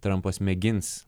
trampas mėgins